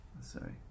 sorry